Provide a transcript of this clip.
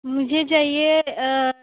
मुझे चाहिए